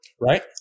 Right